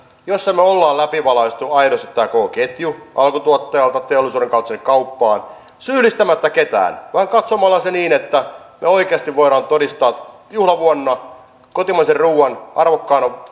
että me olemme läpivalaisseet aidosti tämän koko ketjun alkutuottajalta teollisuuden kautta sinne kauppaan syyllistämättä ketään katsomalla sen niin että me oikeasti voimme todistaa juhlavuonna kotimaisen ruuan arvokkaana